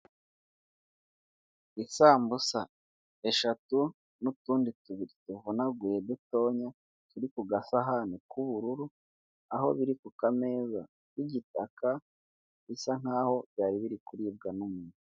Isambusa eshatu n'utundi tubiri duvunaguye dutoya, turi ku gasahani k'ubururu, aho biri ku kameza y'igitaka, bisa nkaho byari biri kuribwa n'umuntu.